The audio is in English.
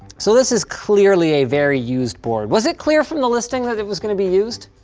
so this is clearly a very used board. was it clear from the listing that it was gonna be used?